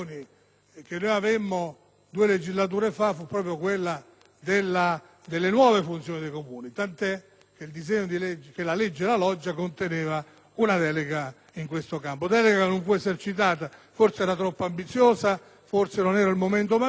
che avemmo due legislature fa fu proprio quella delle nuove funzioni deiComuni, tant'è che la cosiddetta legge La Loggia conteneva una delega in questo campo. Tale delega non fu esercitata; forse era troppo ambiziosa, forse non era maturo